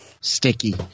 sticky